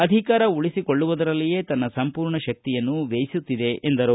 ಅಧಿಕಾರ ಉಳಿಸಿಕೊಳ್ಳುವದರಲ್ಲಿಯೇ ತನ್ನ ಸಂಪೂರ್ಣ ಶಕ್ತಿಯನ್ನು ವ್ಯಯಿಸುತ್ತಿದೆ ಎಂದರು